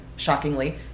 Shockingly